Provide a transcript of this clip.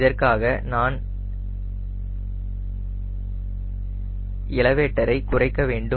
இதற்காக நான் எனவே எலவேட்டர் ஐ குறைக்க வேண்டும்